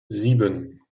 sieben